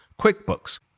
QuickBooks